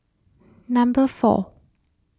number four